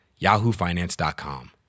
yahoofinance.com